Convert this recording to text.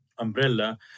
umbrella